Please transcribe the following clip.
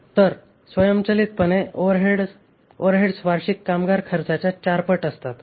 तर स्वयंचलितपणे ओव्हरहेड्स वार्षिक कामगार खर्चाच्या 4 पट असतात